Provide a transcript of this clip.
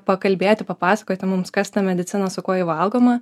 pakalbėti papasakoti mums kas ta medicina su kuo ji valgoma